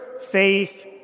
faith